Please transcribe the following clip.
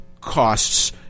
costs